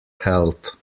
health